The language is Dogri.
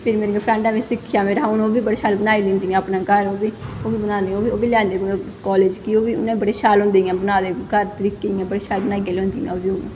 फिर मेरी फ्रैंडें बी सिक्खेआ मेरे फिर हून ओह् बी बड़े शैल बनाई लैंदियां अपने घर ओह् बी ओह् बी बनांदियां ओह् बी ओह् बी लेआदियां कालेज कि उ'नें बड़े शैल होंदे इ'यां बनाए दे घर तरीके दे इ'यां बड़े शैल लेआंदियां बनाइयै ओह्